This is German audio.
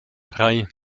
drei